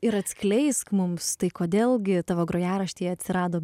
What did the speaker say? ir atskleisk mums tai kodėl gi tavo grojaraštyje atsirado